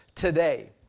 Today